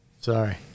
Sorry